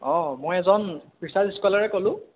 অঁ মই এজন ৰিছাৰ্চ স্কলাৰে ক'লোঁ